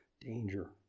Danger